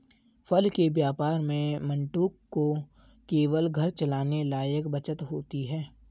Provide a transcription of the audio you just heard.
फल के व्यापार में मंटू को केवल घर चलाने लायक बचत होती है